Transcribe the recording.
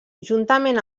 juntament